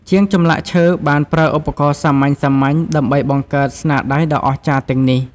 ជាងចម្លាក់ឈើបានប្រើឧបករណ៍សាមញ្ញៗដើម្បីបង្កើតស្នាដៃដ៏អស្ចារ្យទាំងនេះ។